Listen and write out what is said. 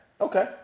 Okay